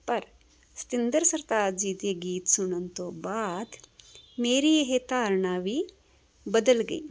ਪਰ ਸਤਿੰਦਰ ਸਰਤਾਜ ਜੀ ਦੇ ਗੀਤ ਸੁਣਨ ਤੋਂ ਬਾਅਦ ਮੇਰੀ ਇਹ ਧਾਰਨਾ ਵੀ ਬਦਲ ਗਈ